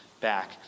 back